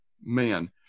man